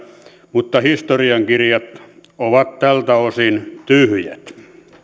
mutta historiankirjat ovat tältä osin tyhjät